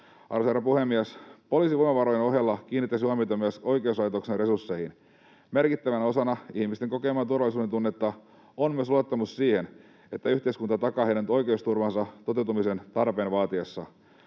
herra puhemies! Poliisin voimavarojen ohella kiinnittäisin huomiota myös oikeuslaitoksen resursseihin. Merkittävänä osana ihmisten kokemaa turvallisuudentunnetta on myös luottamus siihen, että yhteiskunta takaa heidän oikeusturvansa toteutumisen tarpeen vaatiessa.